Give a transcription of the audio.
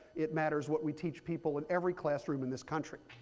it matters what we teach people in every classroom in this country.